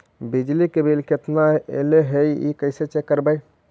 बिजली के बिल केतना ऐले हे इ कैसे चेक करबइ?